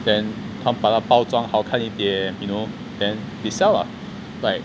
then 他把他包装好看一点 you know then they sell lah like